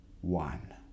one